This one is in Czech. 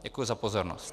Děkuji za pozornost.